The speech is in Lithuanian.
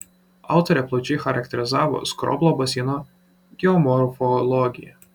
autorė plačiai charakterizavo skroblo baseino geomorfologiją